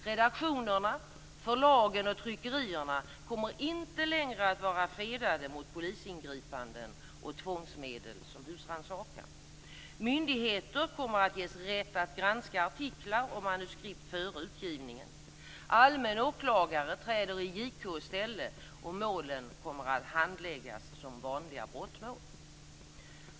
Redaktionerna, förlagen och tryckerierna kommer inte längre att vara fredade mot polisingripanden och tvångsmedel som husrannsakan. Myndigheter kommer att ges rätt att granska artiklar och manuskript före utgivningen. Allmän åklagare träder i JK:s ställe, och målen kommer att handläggas som vanliga brottmål.